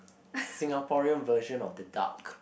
Singaporean version of the duck